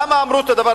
למה אמרו את זה?